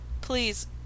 please